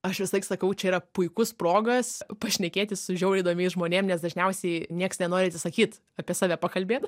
aš visąlaik sakau čia yra puikus progas pašnekėti su žiauriai įdomiais žmonėm nes dažniausiai nieks nenori atsisakyt apie save pakalbėt